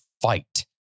fight